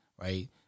right